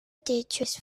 detritus